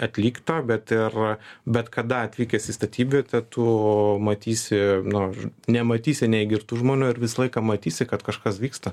atlikta bet ir bet kada atvykęs į statybvietę tu matysi nu nematysi nei girtų žmonių ir visą laiką matysi kad kažkas vyksta